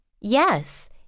Yes